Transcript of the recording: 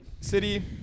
City